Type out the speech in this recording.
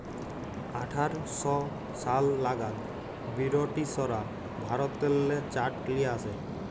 আঠার শ সাল লাগাদ বিরটিশরা ভারতেল্লে চাঁট লিয়ে আসে